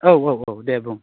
औ औ औ दे बुं